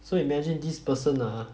so imagine this person ah